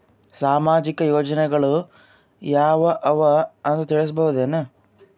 ಸಾಮಾಜಿಕ ಯೋಜನೆಗಳು ಯಾವ ಅವ ಅಂತ ತಿಳಸಬಹುದೇನು?